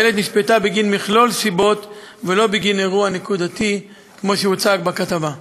החיילת נשפטה בגין מכלול סיבות ולא בגין אירוע נקודתי כמו שהוצג בכתבה.